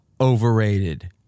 overrated